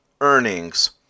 earnings